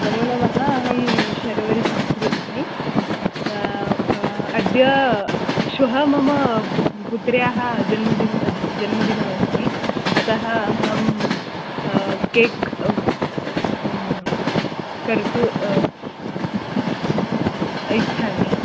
नमोनमः अहं शर्वरी शास्त्री अस्मि अद्य श्वः मम पुत्र्याः जन्मदिवसः जन्मदिनमस्ति अतः अहं केक् कर्तुम् इच्छामि